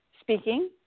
speaking